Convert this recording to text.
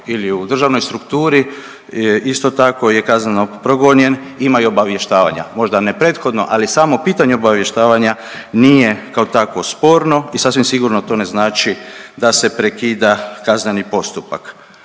ili u državnoj strukturi isto tako je kazneno progonjen ima i obavještavanja. Možda ne prethodno ali samo pitanje obavještavanja nije kao takvo sporno i sasvim sigurno to ne znači da se prekida kazneni postupak.